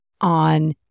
on